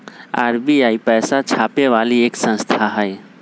RBI पैसा छापे वाली एक संस्था हई